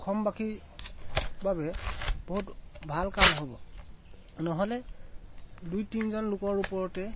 অসমবাসী বাবে বহুত ভাল কাম হ'ব নহ'লে দুই তিনিজন লোকৰ ওপৰতে